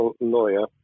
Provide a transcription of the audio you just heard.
lawyer